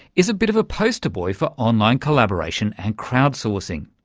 is a bit of a poster boy for online collaboration and crowd-sourcing.